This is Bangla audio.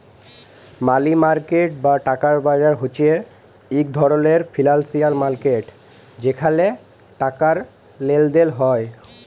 মালি মার্কেট বা টাকার বাজার হছে ইক ধরলের ফিল্যালসিয়াল মার্কেট যেখালে টাকার লেলদেল হ্যয়